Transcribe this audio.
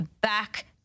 back